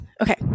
okay